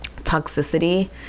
toxicity